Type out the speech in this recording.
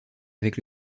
avec